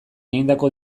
egindako